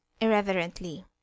irreverently